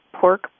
pork